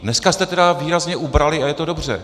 Dneska jste tedy výrazně ubrali a je to dobře.